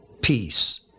peace